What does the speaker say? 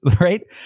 right